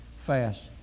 fast